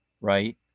right